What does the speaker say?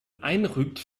einrückt